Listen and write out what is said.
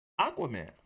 Aquaman